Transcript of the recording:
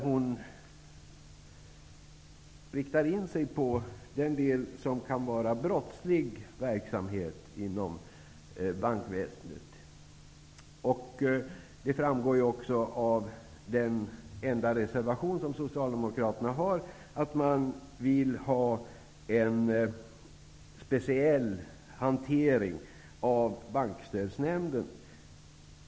Hon riktade in sig på den del inom bankväsendet som kan innebära brottslig verksamhet. Det framgår också av den enda reservationen som socialdemokraterna har gjort att man vill ha en speciell hantering av Bankstödsnämnden.